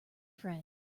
friend